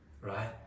right